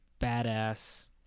badass